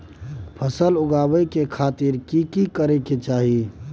फसल उगाबै के खातिर की की करै के चाही?